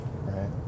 Right